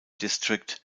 district